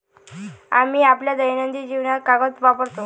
आम्ही आपल्या दैनंदिन जीवनात कागद वापरतो